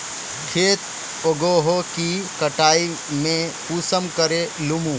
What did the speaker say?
खेत उगोहो के कटाई में कुंसम करे लेमु?